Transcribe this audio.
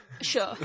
Sure